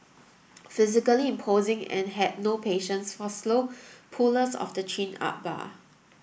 physically imposing and had no patience for slow pullers of the chin up bar